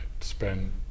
spend